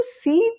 see